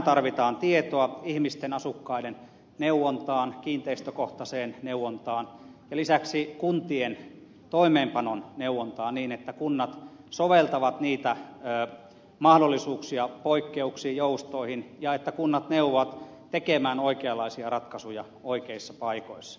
tarvitaan tietoa ihmisten asukkaiden neuvontaan kiinteistökohtaiseen neuvontaan ja lisäksi kuntien toimeenpanon neuvontaan niin että kunnat soveltavat niitä mahdollisuuksia poikkeuksia joustoihin ja että kunnat neuvovat tekemään oikeanlaisia ratkaisuja oikeissa paikoissa